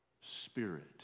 spirit